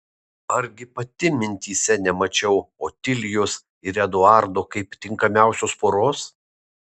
argi pati mintyse nemačiau otilijos ir eduardo kaip tinkamiausios poros